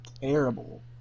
terrible